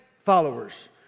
followers